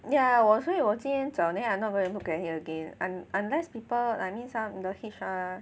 yeah 我所以我今天走 then I'm not going to look at it again un~ unless people I mean some of the H_R